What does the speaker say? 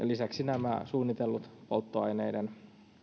lisäksi nämä suunnitellut polttoaineiden